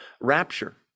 rapture